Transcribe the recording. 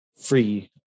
free